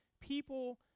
people